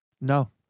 No